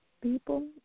people